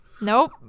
nope